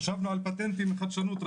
חשבנו על פטנטים של חדשנות,